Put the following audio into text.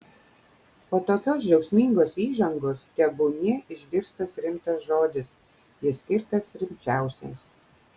po tokios džiaugsmingos įžangos tebūnie išgirstas rimtas žodis jis skirtas rimčiausiems